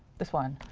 this one.